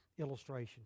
illustration